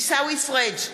עיסאווי פריג'